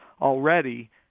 already